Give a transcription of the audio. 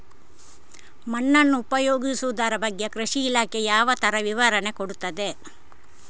ಮಣ್ಣನ್ನು ಉಪಯೋಗಿಸುದರ ಬಗ್ಗೆ ಕೃಷಿ ಇಲಾಖೆ ಯಾವ ತರ ವಿವರಣೆ ಕೊಡುತ್ತದೆ?